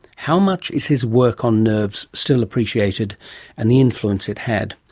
how much is his work on nerves still appreciated and the influence it had?